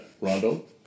Rondo